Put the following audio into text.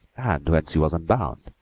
and when she was unbound,